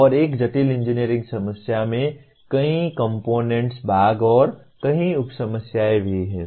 और एक जटिल इंजीनियरिंग समस्या में कई कंपोनेंट्स भाग और कई उप समस्याएं भी हैं